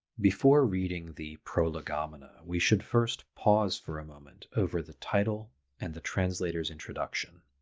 before reading the prolegomena we should first pause for a moment over the title and the translator's introduction.